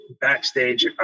backstage